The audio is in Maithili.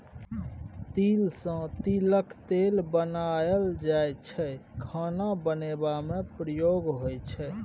तिल सँ तिलक तेल बनाएल जाइ छै खाना बनेबा मे प्रयोग होइ छै